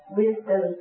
wisdom